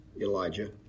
Elijah